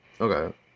Okay